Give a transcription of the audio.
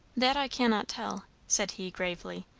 that i cannot tell, said he gravely,